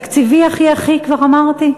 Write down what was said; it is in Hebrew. תקציבי זה הכי אחי, כבר אמרתי?